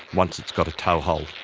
once it's got a toehold.